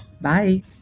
Bye